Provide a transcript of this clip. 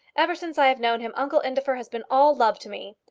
ever since i have known him, uncle indefer has been all love to me.